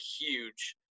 huge